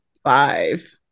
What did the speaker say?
five